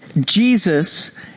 Jesus